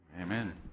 Amen